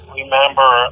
remember